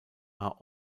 are